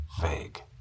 vague